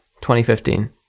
2015